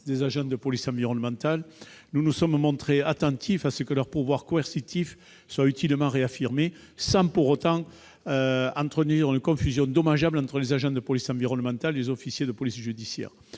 des agents de police environnementale. Nous nous sommes montrés attentifs à ce que leurs pouvoirs coercitifs soient utilement réaffirmés, sans pour autant entretenir de confusion dommageable entre les agents de police environnementale et les officiers de police judiciaire.